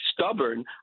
stubborn